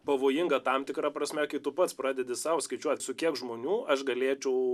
pavojinga tam tikra prasme kai tu pats pradedi sau skaičiuot su kiek žmonių aš galėčiau